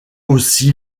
aussi